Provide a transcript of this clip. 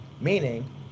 Meaning